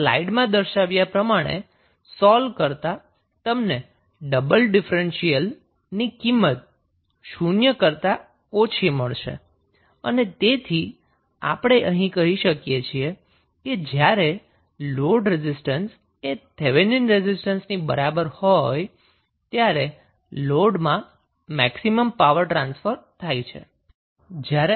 આ સ્લાઇડ માં દર્શાવ્યા પ્રમાણે સોલ્વ કરતાં તમને ડબલ ડિફરેન્શીયલ ની કિંમત 0 કરતા ઓછી મળશે અને તેથી આપણે કહીં શકીએ કે જ્યારે લોડ રેઝિસ્ટન્સ એ થેવેનિન રેઝિસ્ટન્સની બરાબર હોય ત્યારે લોડમાં મેક્સિમમ પાવર ટ્રાન્સફર થાય છે